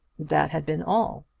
that had been all!